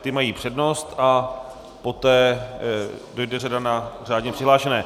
Ti mají přednost a poté dojde řada na řádně přihlášené.